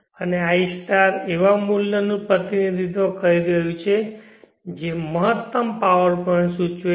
અને i એવા મૂલ્યનું પ્રતિનિધિત્વ કરી રહ્યું છે જે મહત્તમ પાવર પોઇન્ટ સૂચવે છે